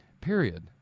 period